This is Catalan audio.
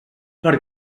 per